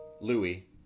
Louis